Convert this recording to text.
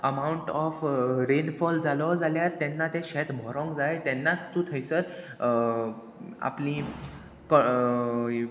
amount of rainfall जालो जाल्यार तेन्ना तें शेत भोरोंक जाय तेन्ना तूं थंयसर आपली क